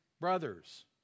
brothers